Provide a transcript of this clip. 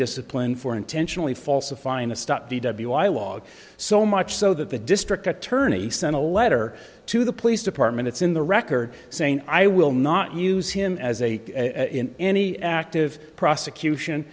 disciplined for intentionally falsifying a stop d w i log so much so that the district attorney sent a letter to the police department it's in the record saying i will not use him as a in any active prosecution